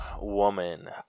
woman